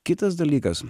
kitas dalykas